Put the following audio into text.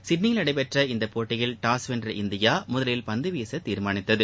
சிட்னியில் நடைபெற்ற இப்போட்டியில் டாஸ் வென்ற இந்தியா முதலில் பந்து வீச தீர்மானித்தது